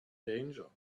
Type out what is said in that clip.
danger